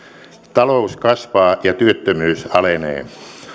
talous kasvaa ja työttömyys alenee